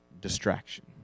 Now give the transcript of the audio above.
Distraction